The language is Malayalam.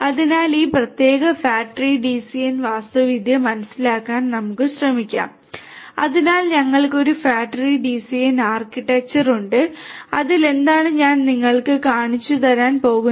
അതിനാൽ ഈ പ്രത്യേക ഫാറ്റ് ട്രീ ഡിസിഎൻ വാസ്തുവിദ്യ മനസ്സിലാക്കാൻ നമുക്ക് ശ്രമിക്കാം അതിനാൽ ഞങ്ങൾക്ക് ഒരു ഫാറ്റ് ട്രീ ഡിസിഎൻ ആർക്കിടെക്ചർ ഉണ്ട് അതിലെന്താണ് ഞാൻ നിങ്ങൾക്ക് കാണിച്ചുതരാൻ പോകുന്നത്